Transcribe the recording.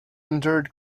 endured